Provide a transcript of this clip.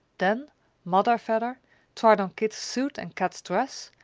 then mother vedder tried on kit's suit and kat's dress,